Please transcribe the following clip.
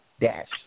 Dash